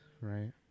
right